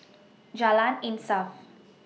Jalan Insaf